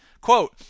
Quote